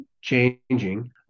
changing